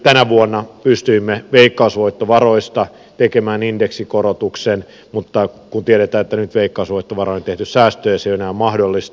tänä vuonna pystyimme veikkausvoittovaroista tekemään indeksikorotuksen mutta kun tiedetään että nyt veikkausvoittovaroihin on tehty säästöjä se ei ole enää mahdollista